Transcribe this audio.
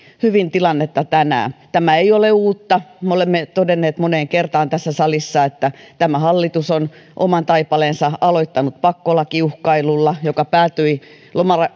hyvin tilannetta tänään tämä ei ole uutta me olemme todenneet moneen kertaan tässä salissa että tämä hallitus on oman taipaleensa aloittanut pakkolakiuhkailulla joka päätyi